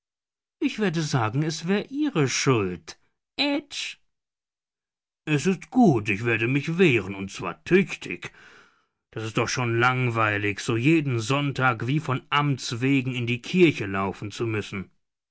ich werde sagen es wär ihre schuld ätsch es ist gut ich werde mich wehren und zwar tüchtig das ist doch schon langweilig so jeden sonntag wie von amts wegen in die kirche laufen zu müssen